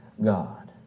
God